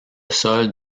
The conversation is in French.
sol